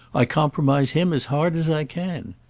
i compromise him as hard as i can.